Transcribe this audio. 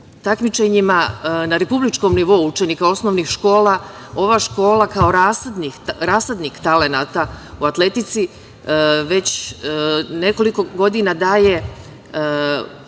takmičenjima na republičkom nivou učenika osnovnih škola, ova škola, kao rasadnik talenata u atletici, već nekoliko godina daje učenike